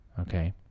Okay